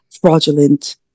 fraudulent